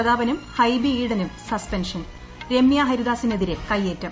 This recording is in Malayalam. പ്രതാപനും ഹൈബി ഇന്റ്ഡനും സസ്പെൻഷൻ രമൃ ഹരിദാസിനെതിരെ കയ്യേറ്റും